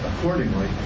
accordingly